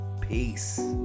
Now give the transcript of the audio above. Peace